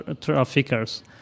traffickers